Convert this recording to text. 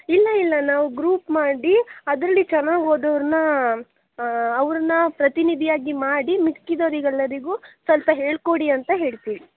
ಇಲ್ಲ ಇಲ್ಲ ಇಲ್ಲ ನಾವು ಗ್ರೂಪ್ ಮಾಡಿ ಅದರಲ್ಲಿ ಚೆನ್ನಾಗಿ ಓದೋರನ್ನ ಅವರನ್ನ ಪ್ರತಿನಿಧಿಯಾಗಿ ಮಾಡಿ ಮಿಕ್ಕಿದವರಿಗೆಲ್ಲರಿಗೂ ಸ್ವಲ್ಪ ಹೇಳ್ಕೊಡಿ ಅಂತ ಹೇಳ್ತೀವಿ